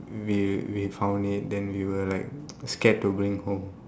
we we found it then we were like scared to bring home